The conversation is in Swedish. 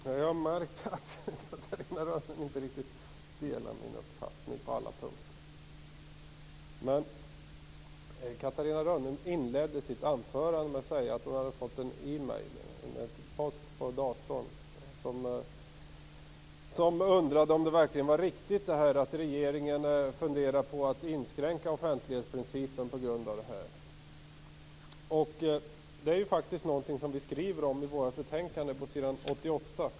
Herr talman! Nej, jag har märkt att Catarina Rönnung inte riktigt delar min uppfattning på alla punkter. Catarina Rönnung inledde sitt anförande med att säga att hon hade fått e-post där man undrade om det verkligen var riktigt att regeringen funderade på att inskränka offentlighetsprincipen på grund av detta. Det här skriver vi om i vårt betänkande på s. 88.